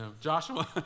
Joshua